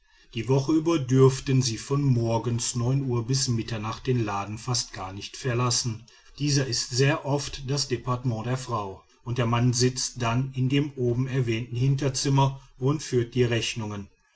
die woche über dürfen sie von morgens neun uhr bis mitternacht den laden fast gar nicht verlassen dieser ist sehr oft das departement der frau und der mann sitzt dann in dem oben erwähnten hinterzimmer und führt die rechnungen